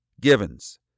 Givens